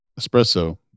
espresso